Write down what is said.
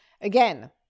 again